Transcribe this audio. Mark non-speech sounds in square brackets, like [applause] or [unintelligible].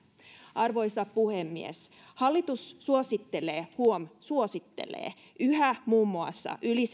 arvoisa puhemies hallitus suosittelee huom suosittelee yhä muun muassa yli [unintelligible]